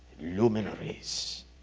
luminaries